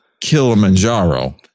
Kilimanjaro